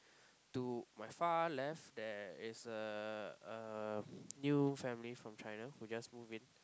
to my far left there is a um new family from China who just moved in